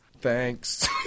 thanks